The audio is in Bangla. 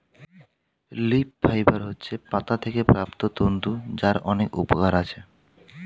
লিফ ফাইবার হচ্ছে পাতা থেকে প্রাপ্ত তন্তু যার অনেক উপকরণ আছে